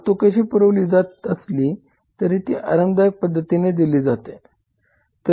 वाहतूक कशी पुरवली जात असली तरी ती आरामदायी पद्धतीने दिली जाते